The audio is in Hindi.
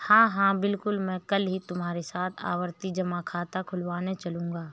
हां हां बिल्कुल मैं कल ही तुम्हारे साथ आवर्ती जमा खाता खुलवाने चलूंगा